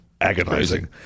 agonizing